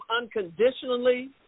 unconditionally